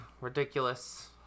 ridiculous